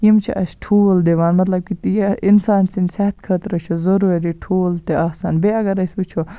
یِم چھِ اَسہِ ٹھوٗل دِوان مطلب کہِ یہِ اِنسان سٕندۍ صحتہٕ خٲطرٕ چھُ ضروٗری ٹھوٗل تہِ آسان بیٚیہِ اَگر أسۍ وٕچھو